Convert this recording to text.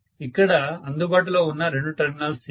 ఇక్కడ అందుబాటులో ఉన్న రెండు టెర్మినల్స్ ఇవి